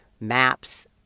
Maps